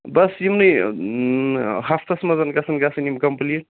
بس یمنے ہفتَس مَنٛز گَژھَن گَژھٕنۍ یم کمپلیٖٹ